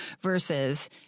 versus